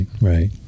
right